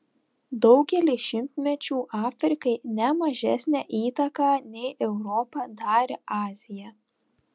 daugelį šimtmečių afrikai ne mažesnę įtaką nei europa darė azija